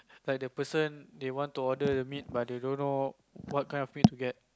like the person they want to order the meat but they don't know what kind of meat to get